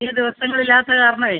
അധിക ദിവസങ്ങളില്ലാത്ത കാരണവേ